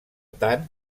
tant